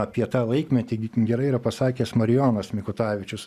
apie tą laikmetį gerai yra pasakęs marijonas mikutavičius